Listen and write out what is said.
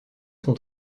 sont